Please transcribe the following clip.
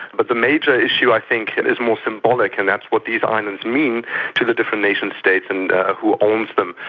but the major issue i think is more symbolic, and that's what these islands mean to the different nation states and who owns them.